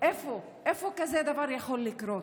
איפה כזה דבר יכול לקרות?